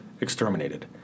exterminated